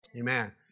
Amen